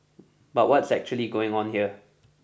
but what's actually going on here